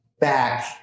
back